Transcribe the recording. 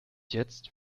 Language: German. jetzt